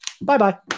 Bye-bye